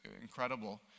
incredible